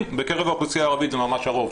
בקרב האוכלוסייה הערבית זה ממש הרוב,